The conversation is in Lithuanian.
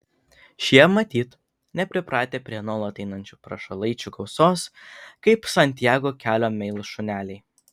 šie matyt nepripratę prie nuolat einančių prašalaičių gausos kaip santiago kelio meilūs šuneliai